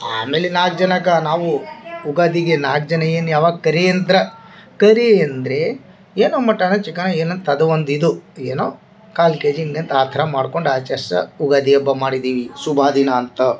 ಆಮೇಲೆ ನಾಲ್ಕು ಜನಕ್ಕೆ ನಾವು ಉಗಾದಿಗೆ ನಾಲ್ಕು ಜನ ಏನು ಯಾವಾಗ ಕರಿ ಅಂತೀರಾ ಕರಿ ಅಂದರೆ ಏನೋ ಮಟನೊ ಚಿಕನೊ ಏನಂತ ಅದು ಒಂದು ಇದು ಏನೊ ಕಾಲು ಕೆಜಿ ಹಿಂಗೆ ಅಂದು ಆ ಥರ ಮಾಡ್ಕೊಂಡು ಆಚರ್ಸ್ತಾ ಉಗಾದಿ ಹಬ್ಬ ಮಾಡಿದೀವಿ ಶುಭ ದಿನ ಅಂತ